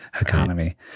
economy